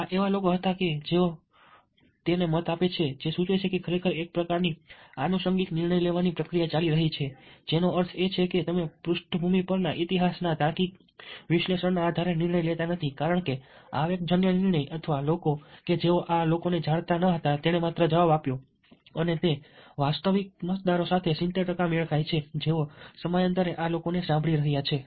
આ એવા લોકો હતા કે જેઓ મતો છે જે સૂચવે છે કે ખરેખર એક પ્રકારની આનુષંગિક નિર્ણય લેવાની પ્રક્રિયા ચાલી રહી છે જેનો અર્થ એ છે કે તમે પૃષ્ઠભૂમિ પરના ઇતિહાસના તાર્કિક વિશ્લેષણના આધારે નિર્ણય લેતા નથી કારણ કે આવેગજન્ય નિર્ણય અથવા લોકો કે જેઓ આ લોકોને જાણતા ન હતા તેણે માત્ર જવાબ આપ્યો અને તે વાસ્તવિક મતદારો સાથે 70 ટકા મેળ ખાય છે જેઓ સમયાંતરે આ લોકોને સાંભળી રહ્યાં છે